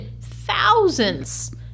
thousands